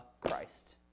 Christ